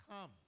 come